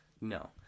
No